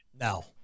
No